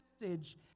message